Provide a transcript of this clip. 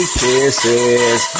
kisses